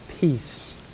peace